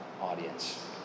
audience